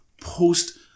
post